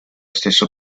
stesso